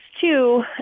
two